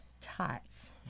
Tots